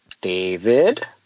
David